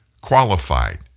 qualified